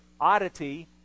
oddity